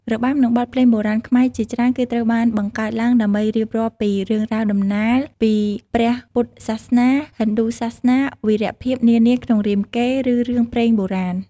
របាំ និងបទភ្លេងបុរាណខ្មែរជាច្រើន គឺត្រូវបានបង្កើតឡើងដើម្បីរៀបរាប់ពី រឿងរ៉ាវតំណាល ពីព្រះពុទ្ធសាសនា ហិណ្ឌូសាសនា វីរភាពនានាក្នុងរាមកេរ្តិ៍ ឬរឿងព្រេងបុរាណ។